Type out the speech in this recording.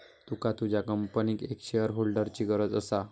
तुका तुझ्या कंपनीक एक शेअरहोल्डरची गरज असा